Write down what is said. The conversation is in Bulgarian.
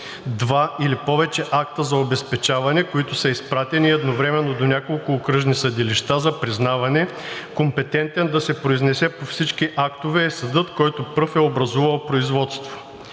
два или повече акта за обезпечаване, които са изпратени едновременно до няколко окръжни съдилища за признаване, компетентен да се произнесе по всички актове е съдът, който пръв е образувал производство.